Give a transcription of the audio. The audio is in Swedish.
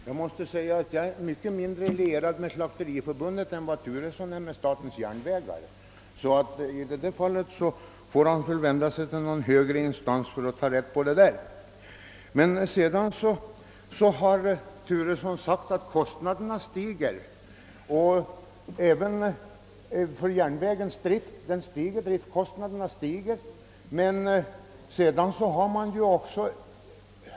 Herr talman! Jag är mycket mindre lierad med Slakteriförbundet än herr Turesson med SJ, så i det här fallet får väl herr Turesson vända sig till någon högre instans. Herr Turesson sade att driftkostnaderna för järnvägarna stiger, men fraktsatserna har ju höjts och järnvägar har nedlagts.